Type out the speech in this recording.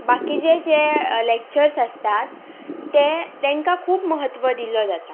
बाकीचे जे लॅक्चर्स आसतात ते तांकां खूब महत्व दिल्लो जाता